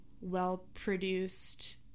well-produced